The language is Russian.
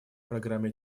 программы